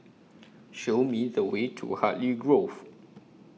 Show Me The Way to Hartley Grove